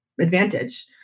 advantage